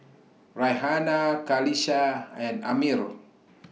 Raihana Qalisha and Ammir